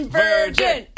virgin